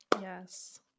yes